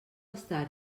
estar